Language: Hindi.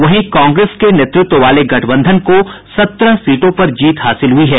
वहीं कांग्रेस के नेतृत्व वाले गठबंधन को सत्रह सीटों पर जीत हासिल हुई है